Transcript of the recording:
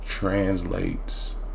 translates